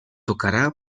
tocará